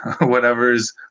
whatever's